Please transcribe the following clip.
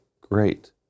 great